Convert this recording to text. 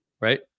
right